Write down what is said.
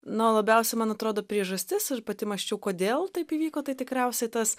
na o labiausiai man atrodo priežastis ir pati mąsčiau kodėl taip įvyko tai tikriausiai tas